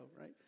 right